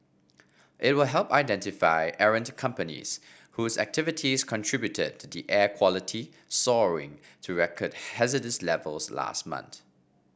it will help identify errant companies whose activities contributed to the air quality soaring to record hazardous levels last month